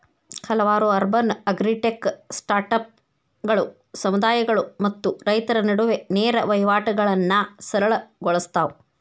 ಹಲವಾರು urban agritech ಸ್ಟಾರ್ಟ್ಅಪ್ಗಳು ಸಮುದಾಯಗಳು ಮತ್ತು ರೈತರ ನಡುವೆ ನೇರ ವಹಿವಾಟುಗಳನ್ನಾ ಸರಳ ಗೊಳ್ಸತಾವ